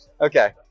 Okay